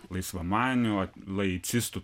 laisvamaniu laicistu